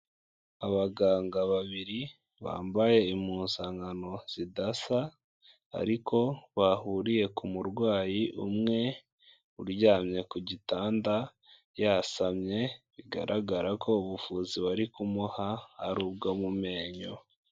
Abaganga babiri bambaye impuzankano zidasa, ariko bahuriye ku murwayi umwe uryamye ku gitanda yasamye, bigaragara ko ubuvuzi bari kumuha ari ubwo mu menyo.